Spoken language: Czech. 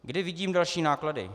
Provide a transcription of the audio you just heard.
Kde vidím další náklady?